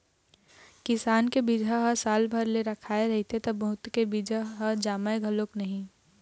किसान के बिजहा ह साल भर ले रखाए रहिथे त बहुत के बीजा ह जामय घलोक नहि